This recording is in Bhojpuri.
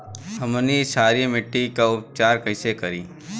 हमनी क्षारीय मिट्टी क उपचार कइसे करी?